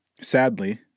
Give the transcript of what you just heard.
Sadly